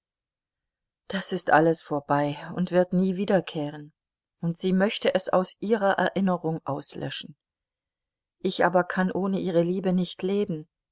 das ist alles vorbei und wird nie wiederkehren und sie möchte es aus ihrer erinnerung auslöschen ich aber kann ohne ihre liebe nicht leben